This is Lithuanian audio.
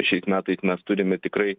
šiais metais mes turime tikrai